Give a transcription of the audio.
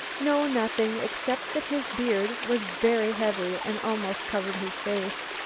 no, nothing except that his beard was very heavy and almost covered his face.